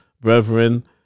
brethren